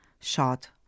shot